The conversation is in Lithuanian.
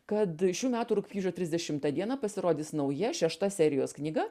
kad šių metų rugpjūčio trisdešimtą dieną pasirodys nauja šešta serijos knyga